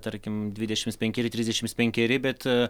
tarkim dvidešimt penkeri trisdešimt penkeri bet